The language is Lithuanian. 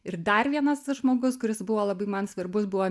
ir dar vienas žmogus kuris buvo labai man svarbus buvo